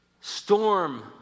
storm